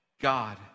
God